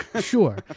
Sure